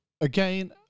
Again